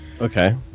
Okay